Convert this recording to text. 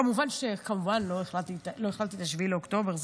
כמובן, לא הכללתי את 7 באוקטובר.